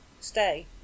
stay